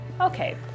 Okay